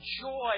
joy